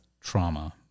trauma